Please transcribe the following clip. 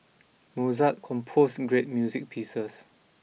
Mozart composed great music pieces